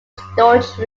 storage